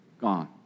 gone